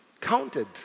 counted